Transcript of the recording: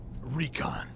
Recon